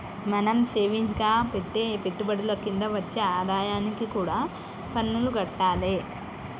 మనం సేవింగ్స్ గా పెట్టే పెట్టుబడుల కింద వచ్చే ఆదాయానికి కూడా పన్నులు గట్టాలే